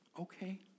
okay